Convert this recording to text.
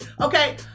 Okay